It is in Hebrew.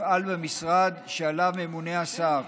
תפעל במשרד שעליו ממונה השר,